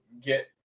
get